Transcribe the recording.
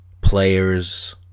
players